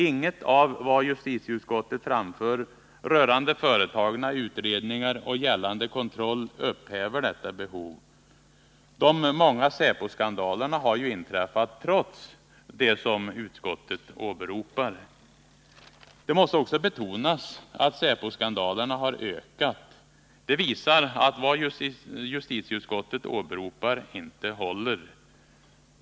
Inget av vad justitieutskottet anfört rörande företagna utredningar och gällande kontroll upphäver detta behov. De många säpo-skandalerna har ju inträffat trots det som utskottet åberopar. Det måste också betonas att säpo-skandalerna ökat. Det visar att vad justitieutskottet åberopar inte håller.